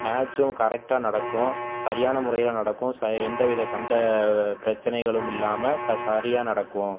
மேட்சும் கரெட்டாக நடக்கும் சரியான முறையில் நடக்கும் எந்தவித சண்டை பிரச்சினைகளும் இல்லாமல் சரியாக நடக்கும்